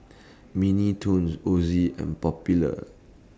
Mini Toons Ozi and Popular